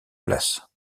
place